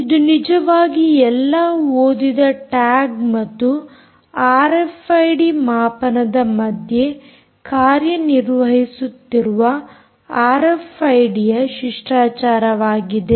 ಇದು ನಿಜವಾಗಿ ಎಲ್ಲಾ ಓದಿದ ಟ್ಯಾಗ್ ಮತ್ತು ಆರ್ಎಫ್ಐಡಿ ಮಾಪನದ ಮಧ್ಯೆ ಕಾರ್ಯ ನಿರ್ವಹಿಸುತ್ತಿರುವ ಆರ್ಎಫ್ಐಡಿ ಶಿಷ್ಟಾಚಾರವಾಗಿದೆ